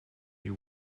you